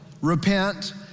repent